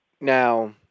Now